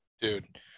Dude